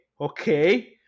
okay